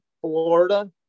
Florida